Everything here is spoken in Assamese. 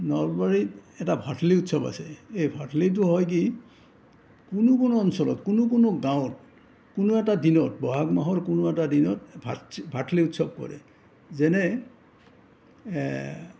নলবাৰীত এটা ভাঠলী উৎসৱ আছে এই ভাঠলীটো হয় কি কোনো কোনো অঞ্চলত কোনো কোনো গাঁৱত কোনো এটা দিনত বহাগ মাহৰ কোনো এটা দিনত ভাঠ ভাঠলী উৎসৱ কৰে যেনে